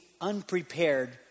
unprepared